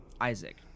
Isaac